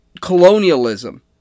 colonialism